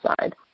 side